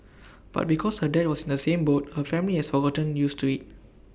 but because her dad was in the same boat her family has gotten used to IT